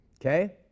Okay